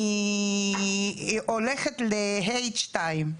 אני הולכת ל-(ה)(2).